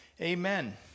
amen